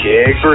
Kick